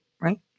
right